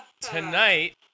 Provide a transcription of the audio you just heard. Tonight